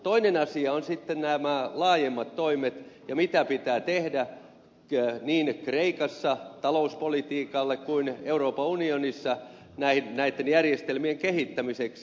toinen asia on sitten nämä laajemmat toimet ja se mitä pitää tehdä niin kreikassa talouspolitiikalle kuin euroopan unionissa näitten järjestelmien kehittämiseksi